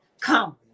Come